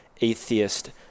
atheist